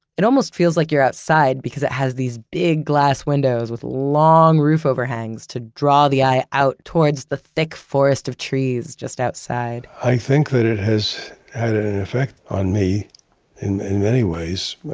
it almost feels like you're outside because it has these big glass windows with long roof overhangs to draw the eye out towards the thick forest of trees just outside i think that it has had an effect on me in many ways.